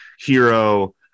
hero